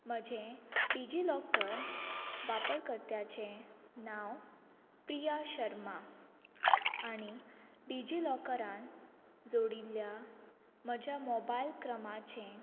म्हजें डिजिलॉकर वापरकर्त्याचे नांव प्रिया शर्मा आणी डिजिलॉकरान जोडिल्ल्या म्हज्या मोबायल क्रमाचें